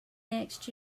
next